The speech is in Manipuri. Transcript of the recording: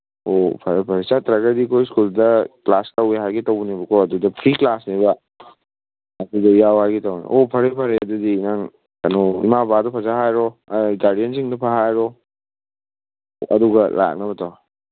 ꯑꯣ ꯐꯔꯦ ꯐꯔꯦ ꯆꯠꯇ꯭ꯔꯒꯗꯤ ꯑꯩꯈꯣꯏ ꯁ꯭ꯀꯨꯜꯗ ꯀ꯭ꯂꯥꯁ ꯇꯧꯋꯦ ꯍꯥꯏꯒꯦ ꯇꯧꯕꯅꯦꯕꯀꯣ ꯑꯗꯨꯗ ꯐ꯭ꯔꯤ ꯀ꯭ꯂꯥꯁꯅꯦꯕ ꯑꯗꯨꯗ ꯌꯥꯎ ꯍꯥꯏꯒꯦ ꯇꯧꯒꯦ ꯑꯣ ꯐꯔꯦ ꯐꯔꯦ ꯑꯗꯨꯗꯤ ꯅꯪ ꯀꯩꯅꯣ ꯏꯃꯥ ꯕꯕꯥꯗꯣ ꯐꯖ ꯍꯥꯏꯔꯣ ꯒꯥꯔꯖ꯭ꯌꯥꯟꯁꯤꯡꯗꯣ ꯐꯖꯅ ꯍꯥꯏꯔꯣ ꯑꯗꯨꯒ ꯂꯥꯛꯅꯕ ꯇꯧꯔꯣ